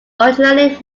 originally